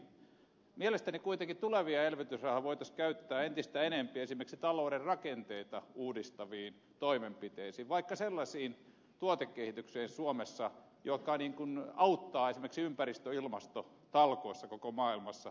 mielestäni kuitenkin tulevia elvytysrahoja voitaisiin käyttää entistä enempi esimerkiksi talouden rakenteita uudistaviin toimenpiteisiin vaikka sellaiseen tuotekehitykseen suomessa joka auttaa esimerkiksi ympäristö ja ilmastotalkoissa koko maailmassa